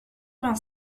vingt